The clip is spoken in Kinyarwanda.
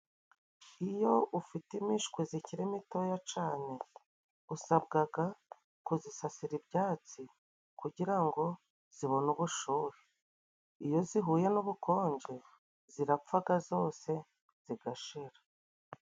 Iyo ufite imishwi zikiri mitoya cane usabwaga kuzisasira ibyatsi, kugira ngo zibone ubushuhe iyo zihuye n'ubukonje zirapfaga zose zigashira.